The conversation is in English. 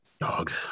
dogs